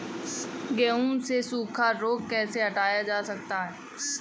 गेहूँ से सूखा रोग कैसे हटाया जा सकता है?